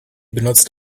benutzt